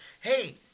Hey